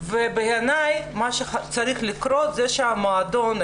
ובעיני מה שצריך לקרות זה שהמועדון,